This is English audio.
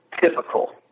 typical